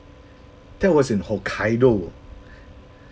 that was in hokkaido